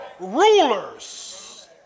Rulers